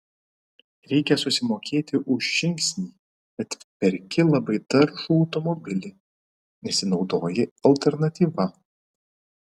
reikia susimokėti už žingsnį kad perki labai taršų automobilį nesinaudoji alternatyva